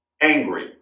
angry